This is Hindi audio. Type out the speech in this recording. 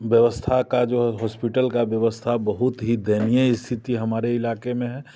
व्यवस्था का जो हॉस्पिटल का व्यवस्था बहुत ही दयनीय स्थिति हमारे इलाके में है